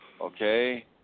okay